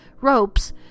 ropes